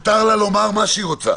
מותר לה לומר מה שהיא רוצה.